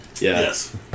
Yes